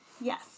Yes